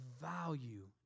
value